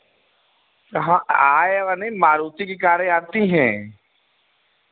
हाँ I A one नहीं मारुति की कारें है आती हैं